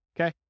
okay